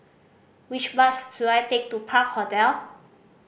which bus should I take to Park Hotel